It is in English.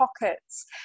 pockets